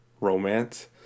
romance